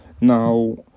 now